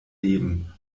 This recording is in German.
leben